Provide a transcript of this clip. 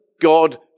God